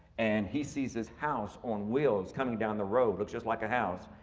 and he sees his house on wheels coming down the road, looks just like a house.